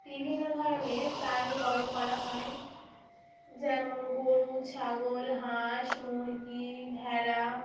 বিভিন্ন ধরনের প্রাণী বড়ো করা হয় যেমন গরু ছাগল হাঁস মুরগি ভেড়া